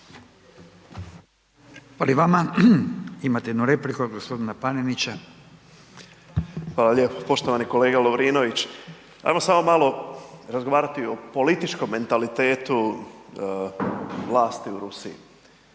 Hvala i vama. Imate jednu repliku od g. Panenića. **Panenić, Tomislav (MOST)** Hvala lijepo. Poštovani kolega Lovrinović, ajmo samo malo razgovarati o političkom mentalitetu vlasti u Rusiji,